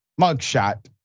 mugshot